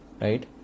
right